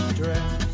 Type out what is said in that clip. dress